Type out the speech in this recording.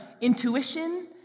intuition